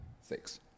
six